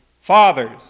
Fathers